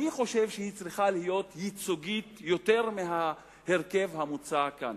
אני חושב שהיא צריכה להיות ייצוגית יותר מההרכב המוצע כאן.